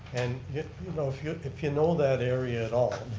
and you know, if you if you know that area at all,